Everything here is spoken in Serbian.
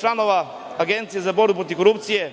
članova Agencije za borbu protiv korupcije,